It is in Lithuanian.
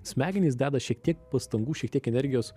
smegenys deda šiek tiek pastangų šiek tiek energijos